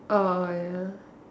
orh ya